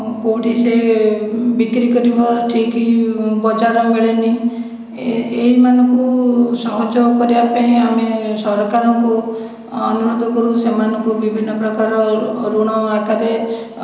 କେଉଁଠି ସେ ବିକ୍ରି କରିବ ଠିକ୍ ବଜାର ମିଳେନି ଏ ଏଇ ମାନଙ୍କୁ ସହଯୋଗ କରିବା ପାଇଁ ଆମେ ସରକାରଙ୍କୁ ଅନୁରୋଧ କରୁ ସେମାନଙ୍କୁ ବିଭିନ୍ନ ପ୍ରକାର ଋଣ ଆକାରରେ